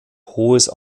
hohes